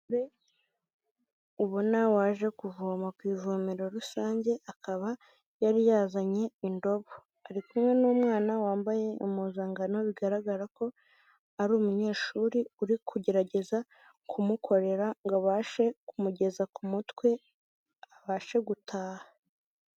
Ubona waje kuvoma ku ivomero rusange, akaba yari yazanye indobo ari kumwe n'umwana wambaye impuzangano, bigaragara ko ari umunyeshuri uri kugerageza kumukorera ngo abashe kumugeza ku mutwe abashe gutaha.